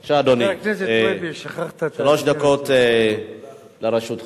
בבקשה, אדוני, שלוש דקות לרשותך.